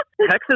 Texas